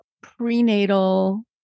prenatal